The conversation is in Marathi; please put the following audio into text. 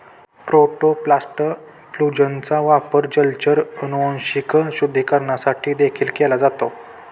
प्रोटोप्लास्ट फ्यूजनचा वापर जलचर अनुवांशिक शुद्धीकरणासाठी देखील केला जातो